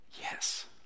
Yes